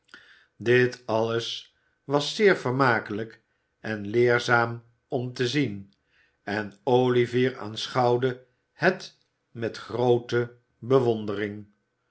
dit alles was zeer vermakelijk en leerzaam om te zien en olivier aanschouwde het met groote bewondering